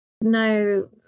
no